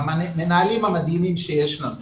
אתה בטח מכיר את המנהלים המדהימים שיש לנו במגזר הערבי.